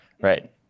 Right